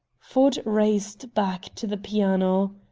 ford raced back to the piano.